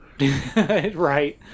Right